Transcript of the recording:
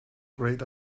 great